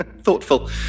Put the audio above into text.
Thoughtful